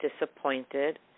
disappointed